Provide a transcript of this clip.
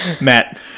Matt